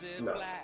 No